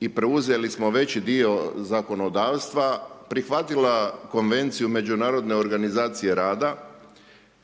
i preuzeli smo veći dio zakonodavstva, prihvatila Konvenciju međunarodne organizacije rada